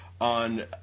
on